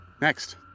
Next